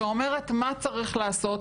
שאומרת מה צריך לעשות,